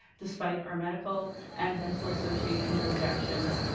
despite our medical and dental association's objections.